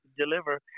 deliver